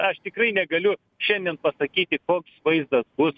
aš tikrai negaliu šiandien pasakyti koks vaizdas bus